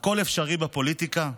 הכול אפשרי בפוליטיקה?